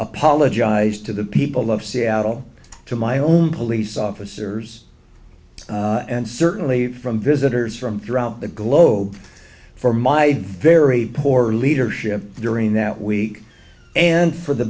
apologized to the people of seattle to my own police officers and certainly from visitors from throughout the globe for my very poor leadership during that week and for the